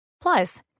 Plus